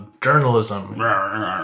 journalism